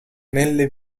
nelle